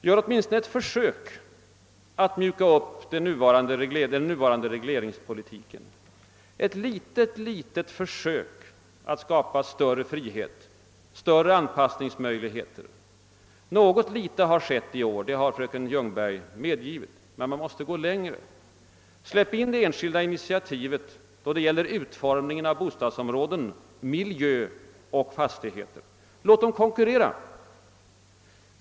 Gör åtminstone ett försök att mjuka upp den nuvarande regleringspolitiken, ett litet försök att skapa större frihet och större anpassningsmöjligheter! Något har skett i år — det har fröken Ljungberg medgivit — men man måste gå längre. Släpp in det enskilda initiativet då det gäller utformning av bostadsområden, miljö och fastigheter! Låt företagen konkurrera!